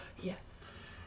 Yes